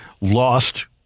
lost